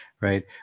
right